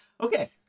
okay